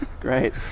Great